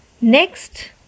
Next